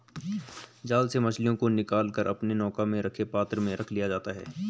जाल से मछलियों को निकाल कर अपने नौका में रखे पात्र में रख लिया जाता है